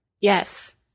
yes